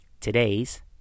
today's